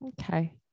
Okay